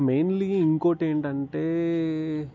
mainly ఇంకోటి ఏంటంటే